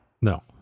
No